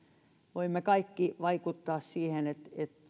voimme kaikki vaikuttaa siihen